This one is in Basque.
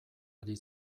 ari